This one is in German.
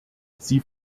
sie